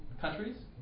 countries